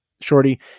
shorty